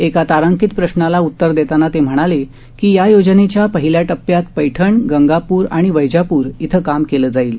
एका तारांकित प्रश्नाला उत्तर देताना ते म्हणाले की या योजनेच्या पहिल्या टप्प्यात पैठण गंगाप्र वैजाप्र इथं काम केलं जाईल